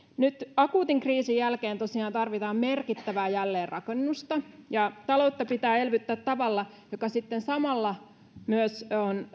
nyt akuutin kriisin jälkeen tosiaan tarvitaan merkittävää jälleenrakennusta ja taloutta pitää elvyttää tavalla joka samalla myös